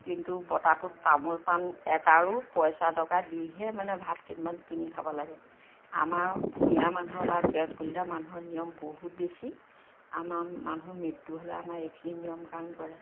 কিন্তু বঁটাটোত তামোল পাণ এটা আৰু পইচা এটকা দিহে মানে ভাত কেইটামান কিনি খাব লাগে আমাৰ ভূঞা মানুহ বা কেওঁট কলিতা মানুহৰ নিয়ম বহুত বেছি আমাৰ মানুহ মৃত্যু হ'লে আমাৰ এইখিনি নিয়ম কাম কৰে